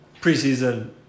preseason